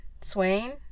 Swain